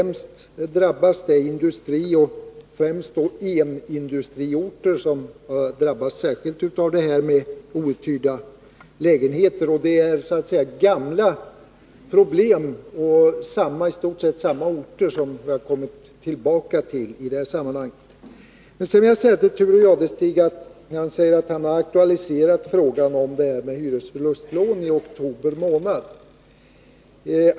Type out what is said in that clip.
Med andra ord är det industriorter och främst en-industriorter som särskilt drabbas av problemen med outhyrda lägenheter. Det är så att säga gamla problem som kommit tillbaka till i stort sett samma orter som tidigare. Thure Jadestig sade att han i oktober månad hade aktualiserat frågan om hyresförlustlån.